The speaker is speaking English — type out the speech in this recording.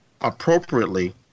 appropriately